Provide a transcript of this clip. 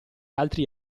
altri